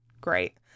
great